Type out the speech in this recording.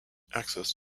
access